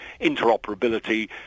interoperability